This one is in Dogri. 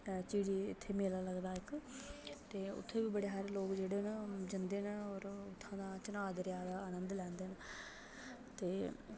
झिड़ी इत्थै मेला लगदा इक ते उत्थै बी बड़े हारे लोक जेह्ड़े न ओह् जंदे न मतलब उत्थूं दा चनां दरेआ दा आनंद लैंदे न ते